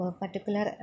particular